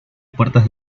puertas